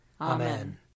Amen